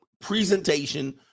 presentation